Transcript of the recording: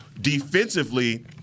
defensively